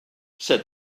said